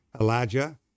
Elijah